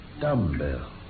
dumbbell